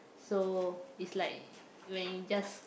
so it's like when you just